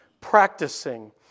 practicing